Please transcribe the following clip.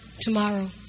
tomorrow